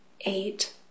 eight